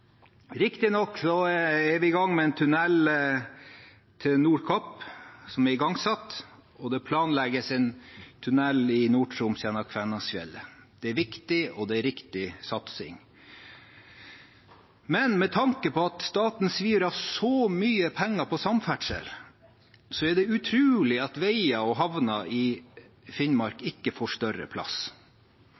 gang med en tunnel til Nordkapp, og det planlegges en tunnel i Nord-Troms gjennom Kvænangsfjellet. Det er viktig og riktig satsing. Men med tanke på at staten svir av så mye penger på samferdsel, er det utrolig at veier og havner i Finnmark ikke får større plass.